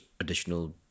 additional